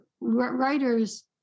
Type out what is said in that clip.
writers